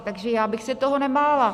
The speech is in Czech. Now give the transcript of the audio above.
Takže já bych se toho nebála.